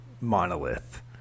monolith